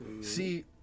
See